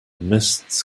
mists